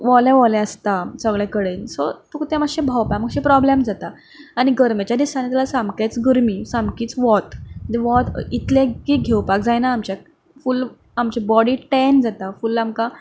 वोलें वोलें आसता सगले कडेन सो तुका तें मातशें भोंवपाक मातशें प्रॉब्लॅम जाता आनी गर्मेच्या दिसांनी जाल्यार सामकीच गर्मी सामकेंच वत म्हणजे वत इतलें की घेवपाक जायना आमच्या फूल आमची बोडी टॅन जाता फूल आमकां